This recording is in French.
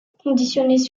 conditionnés